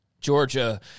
Georgia